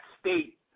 state